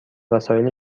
وسایل